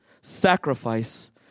sacrifice